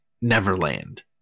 Neverland